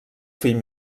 fill